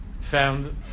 found